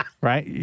Right